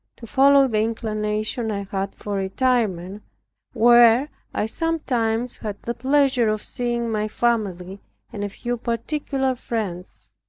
to follow the inclination i had for retirement where i sometimes had the pleasure of seeing my family and a few particular friends.